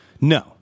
No